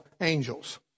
angels